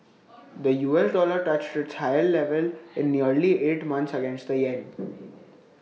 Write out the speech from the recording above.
the U S dollar touched its highest level in nearly eight months against the Yen